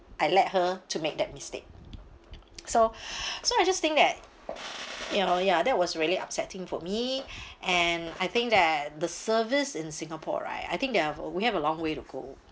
I let her to make that mistake so so I just think that you know ya that was really upsetting for me and I think that the service in singapore right I think they have uh we have a long way to go